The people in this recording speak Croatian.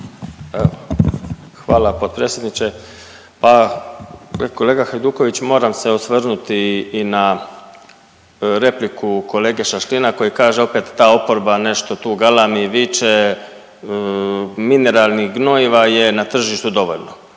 Hvala potpredsjedniče. Pa kolega Hajduković moram se osvrnuti i na repliku kolege Šašlina koji kaže opet ta oporba nešto tu galami i viče mineralnih gnojiva je na tržištu dovoljno